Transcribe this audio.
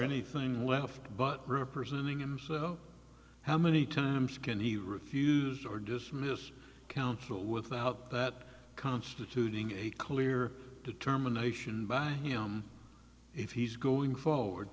anything left but representing him how many times can he refuse or dismiss counsel without that constituting a clear determination by him if he's going forward